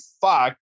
fuck